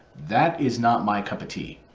that is not my cup of tea.